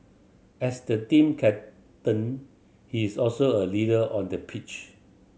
as the team captain he is also a leader on the pitch